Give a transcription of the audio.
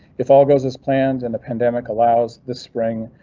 if all goes as planned and the pandemic allows this spring,